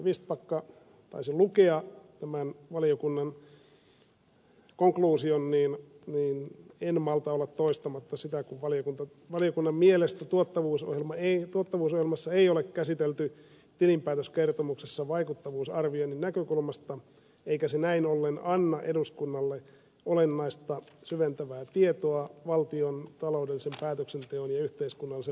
vistbacka taisi lukea tämän valiokunnan konkluusion niin en malta olla toistamatta sitä kun valiokunnan mielestä tuottavuusohjelmaa ei ole käsitelty tilinpäätöskertomuksessa vaikuttavuusarvioinnin näkökulmasta eikä se näin ollen anna eduskunnalle olennaista syventävää tietoa valtiontaloudellisen päätöksenteon ja yhteiskunnallisen vaikuttavuuden kannalta